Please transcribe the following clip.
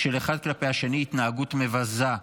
היא התנהגות מבזה,